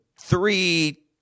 three